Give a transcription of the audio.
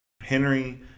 Henry